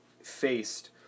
faced